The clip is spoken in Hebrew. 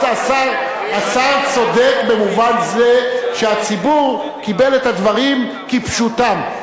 השר צודק במובן זה שהציבור קיבל את הדברים כפשוטם,